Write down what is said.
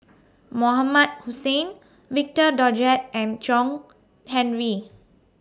Mohamed Hussain Victor Doggett and John Henry